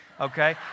okay